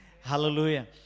Hallelujah